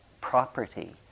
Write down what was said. property